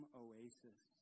oasis